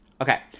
Okay